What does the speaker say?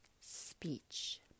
speech